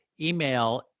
email